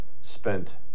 spent